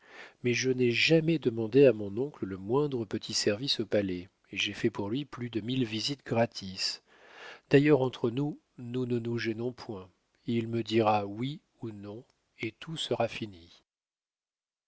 mais je n'ai jamais demandé à mon oncle le moindre petit service au palais et j'ai fait pour lui plus de mille visites gratis d'ailleurs entre nous nous ne nous gênons point il me dira oui ou non et tout sera fini